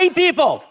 people